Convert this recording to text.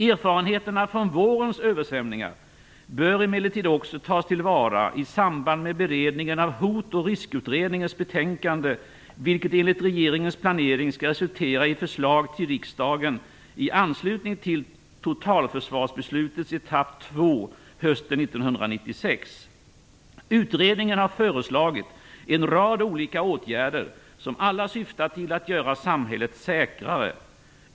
Erfarenheterna från vårens översvämningar bör emellertid också tas till vara i samband med beredningen av Hot och riskutredningens betänkande , vilket enligt regeringens planering skall resultera i förslag till riksdagen i anslutning till totalförsvarsbeslutets etapp 2 hösten 1996. Utredningen har föreslagit en rad olika åtgärder, som alla syftar till att göra samhället säkrare.